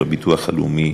של הביטוח הלאומי,